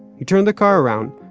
he turned the car around,